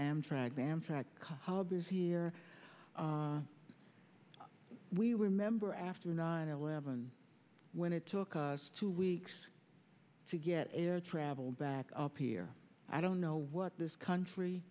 amtrak amtrak here we remember after nine eleven when it took us two weeks to get air travel back up here i don't know what this country